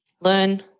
learn